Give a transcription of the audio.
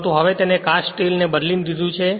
પરંતુ હવે તેને કાસ્ટ સ્ટીલ ને બદલી લીધું છે